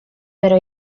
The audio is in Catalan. però